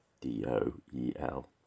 d-o-e-l